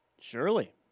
Surely